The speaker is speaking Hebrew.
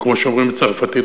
וכמו שאומרים בצרפתית,